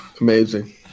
Amazing